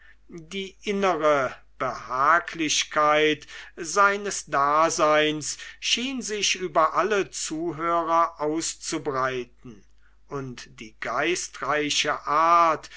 die innere behaglichkeit seines daseins schien sich über alle zuhörer auszubreiten und die geistreiche art